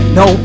no